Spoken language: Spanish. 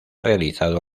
realizado